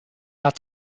hat